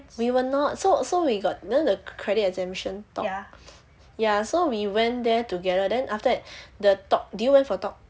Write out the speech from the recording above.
we were not so so we got you know the credit exemption talk ya so we went there together then after that the talk did you went for the talk